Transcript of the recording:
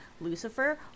Lucifer